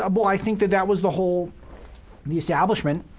um well, i think that that was the whole the establishment,